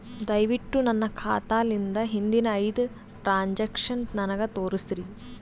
ದಯವಿಟ್ಟು ನನ್ನ ಖಾತಾಲಿಂದ ಹಿಂದಿನ ಐದ ಟ್ರಾಂಜಾಕ್ಷನ್ ನನಗ ತೋರಸ್ರಿ